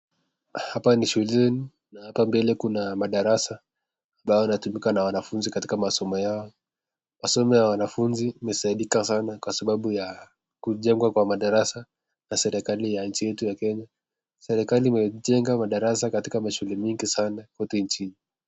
Hapa ni shuleni na hapa mbele kuna madarasa ambayo yanatumika na wanafunzi katika masomo yao, masomo ya wanafunzi yamesaidika sana kwa sababu ya, kujengwa kwa madarasa na serekali ya nchi yetu ya Kenya,(cs), serekali imejenga madarasa katika mashule mingi sana kote nchini.